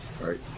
right